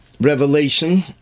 revelation